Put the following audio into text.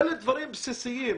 אלה דברים בסיסיים.